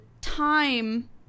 time